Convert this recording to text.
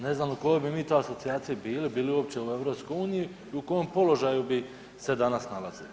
Ne znam u kojoj bi mi to asocijaciji bili, bi li uopće u EU, u kom položaju bi se danas nalazili.